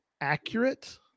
accurate